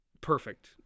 Perfect